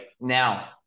Now